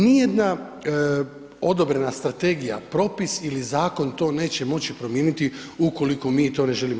Nijedna odobrena strategija, propis ili zakon to neće moći promijeniti ukoliko mi to ne želimo.